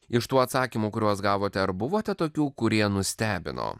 iš tų atsakymų kuriuos gavote ar buvote tokių kurie nustebino